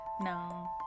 No